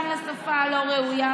גם לשפה הלא-ראויה,